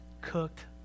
cooked